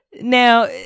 Now